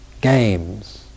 games